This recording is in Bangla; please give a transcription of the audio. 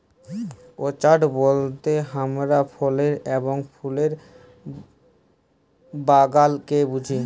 অর্চাড বলতে হামরা ফলের এবং ফুলের বাগালকে বুঝি